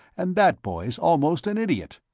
and that boy's almost an idiot.